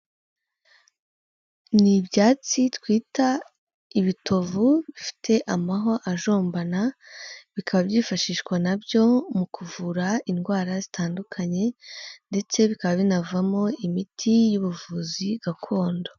Ni ibyatsi twita ibitovu bifite amahwa ajombana, bikaba byifashishwa na byo mu kuvura indwara zitandukanye ndetse bikaba binavamo imiti y'ubuvuzi gakondo.